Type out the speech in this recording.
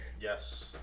Yes